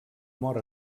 mor